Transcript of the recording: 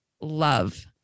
love